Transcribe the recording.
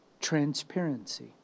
transparency